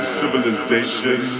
civilization